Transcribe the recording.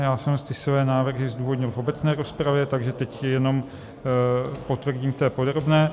Já jsem své návrhy zdůvodnil v obecné rozpravě, takže teď je jenom potvrdím v podrobné.